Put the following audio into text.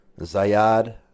Zayad